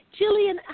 Jillian